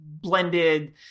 blended